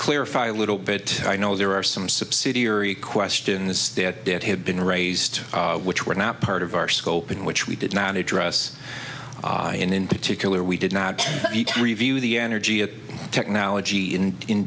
clarify a little bit i know there are some subsidiary questions stet that have been raised which were not part of our scope in which we did not address in particular we did not review the energy of technology in in